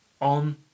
on